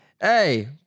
hey